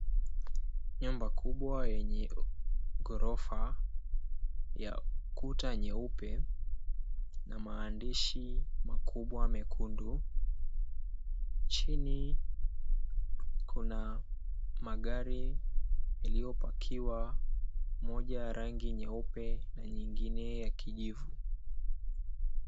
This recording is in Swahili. Nyumba kubwa yenye ghorofa ya kuta nyeupe na maandishi makubwa mekundu. Chini kuna magari yaliyopakiwa moja ya rangi nyeupe na nyingine ya kijivu.